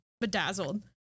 bedazzled